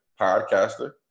podcaster